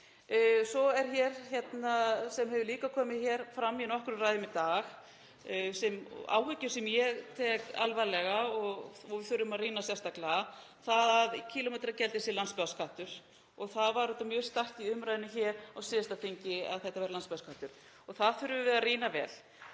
Svo er það sem hefur líka komið fram í nokkrum ræðum í dag, áhyggjur sem ég tek alvarlega og við þurfum að rýna sérstaklega, það að kílómetragjaldið sé landsbyggðarskattur. Það var auðvitað mjög sterkt í umræðunni hér á síðasta þingi að þetta væri landsbyggðarskattur og það þurfum við að rýna vel.